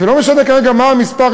ולא משנה כרגע מה המספר,